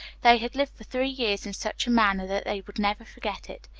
they had lived for three years in such a manner that they would never forget it.